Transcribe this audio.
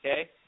Okay